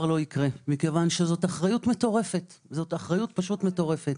לא יקרה מכיוון שזו אחריות פשוט מטורפת.